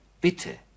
bitte